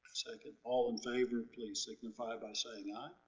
second. all in favor please signify by saying aye.